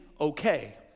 okay